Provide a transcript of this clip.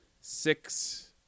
six